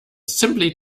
simply